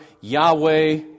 Yahweh